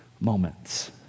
moments